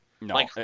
No